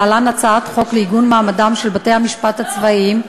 להלן: הצעת חוק לעיגון מעמדם של בתי-המשפט הצבאיים,